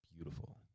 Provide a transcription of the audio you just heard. beautiful